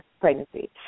pregnancy